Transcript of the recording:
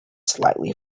slightly